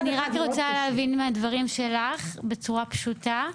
אני רק רוצה להבין מהדברים שלך בצורה פשוטה.